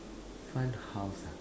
find house ah